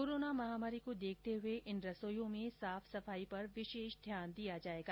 corona महामारी को देखते हए इन रसोइयों में साफ सफाई का विशेष ध्यान दिया जाएगा